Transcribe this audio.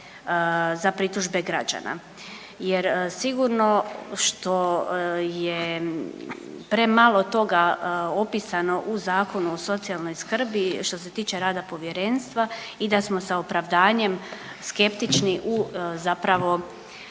za pritužbe građana jer sigurno što je premalo toga opisano u Zakonu o socijalnoj skrbi što se tiče rada povjerenstva i da smo sa opravdanjem skeptični u zapravo